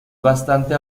bastante